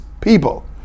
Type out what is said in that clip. people